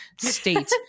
state